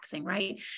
right